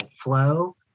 flow